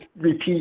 repeat